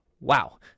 Wow